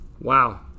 Wow